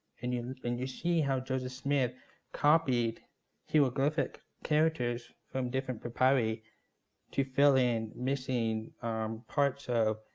and you and you see how joseph smith copied hieroglyphic characters from different papyri to fill in missing parts of